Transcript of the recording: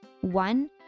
one